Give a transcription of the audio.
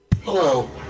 Hello